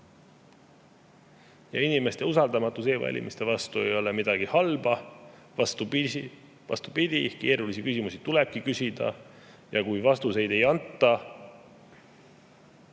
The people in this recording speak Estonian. Inimeste usaldamatus e‑valimiste vastu ei ole midagi halba. Vastupidi, keerulisi küsimusi tulebki küsida ja kui vastuseid ei anta